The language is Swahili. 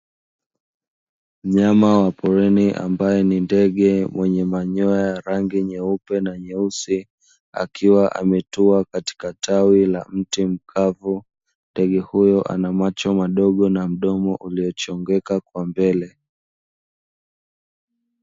Mnyama wa porini ambaye ni ndege mwenye manyoya ya rangi nyeupe na nyeusi, akiwa ametua katika tawi la mtu mkavu. Ndege huyo ana macho madogo na mdomo uliochongeka kwa mbele.